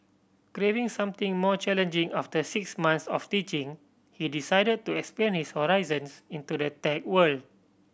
craving something more challenging after six months of teaching he decide to expand his horizons into the tech world